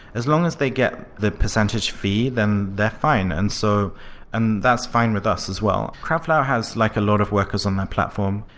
as long as they get the percentage fee, then they're fine, and so and that's fine with us as well. crowdflower has like a lot of workers on their platform,